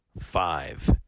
five